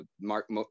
Mark